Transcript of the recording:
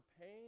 pain